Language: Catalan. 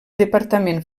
departament